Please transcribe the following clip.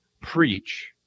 preach